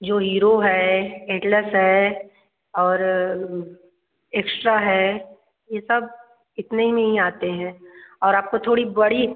जो हीरो है एटलस है और एक्स्ट्रा है ये सब इतने में ही आते हैं और आपको थोड़ी बड़ी